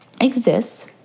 exists